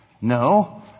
No